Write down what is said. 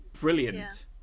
Brilliant